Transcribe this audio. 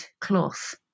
cloth